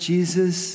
Jesus